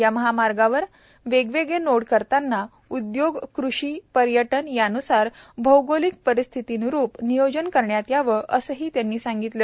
या महामार्गावर वेगवेगळे नोड करताना उद्योग कृषी पर्यटन यान्सार भौगोलिक परिस्थितीन्रूप नियोजन करण्यात यावे असेही त्यांनी सांगितले